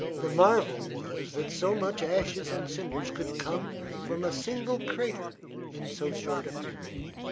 the marvel was that so much ashes and cinders could come from a single crater in so short a period.